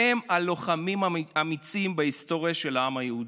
והם הלוחמים האמיצים בהיסטוריה של העם היהודי.